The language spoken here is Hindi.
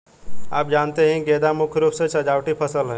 आप जानते ही है गेंदा मुख्य रूप से सजावटी फसल है